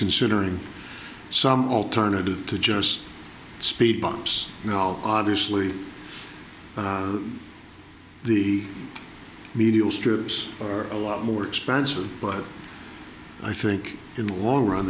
considering some alternative to just speed bumps obviously the medial strips are a lot more expensive but i think in the long run